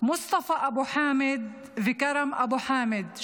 מוסטפא אבו חמד וכרם אבו חמד,